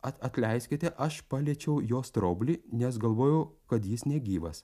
at atleiskite aš paliečiau jo straublį nes galvojau kad jis negyvas